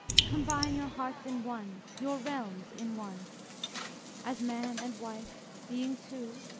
combine your hearts in one, your realmes in one as man and wife being two,